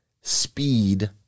speed